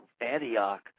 Antioch